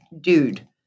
dude